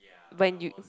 when you